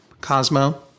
Cosmo